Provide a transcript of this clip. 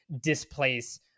displace